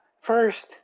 first